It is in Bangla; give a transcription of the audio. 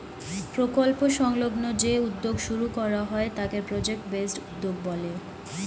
প্রকল্প সংলগ্ন যে উদ্যোগ শুরু করা হয় তাকে প্রজেক্ট বেসড উদ্যোগ বলে